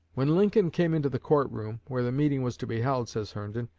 when lincoln came into the court-room where the meeting was to be held, says herndon,